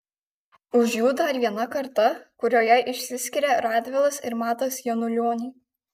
už jų dar viena karta kurioje išsiskiria radvilas ir matas janulioniai